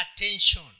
attention